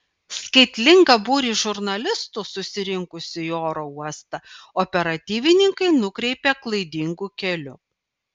skaitlingą būrį žurnalistų susirinkusių į oro uostą operatyvininkai nukreipė klaidingu keliu